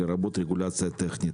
לרבות רגולציה טכנית.